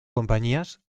compañías